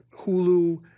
Hulu